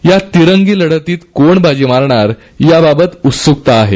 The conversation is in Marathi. या तिरंगी लढतीत कोण बाजी मारणार याबाबत उत्सुकता आहे